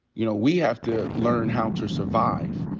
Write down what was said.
you know, we have to learn how to survive.